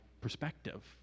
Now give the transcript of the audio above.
perspective